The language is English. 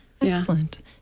Excellent